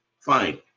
Fine